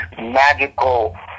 magical